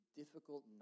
difficult